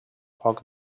poc